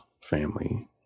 family